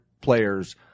players—